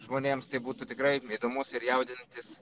žmonėms tai būtų tikrai įdomus ir jaudinantis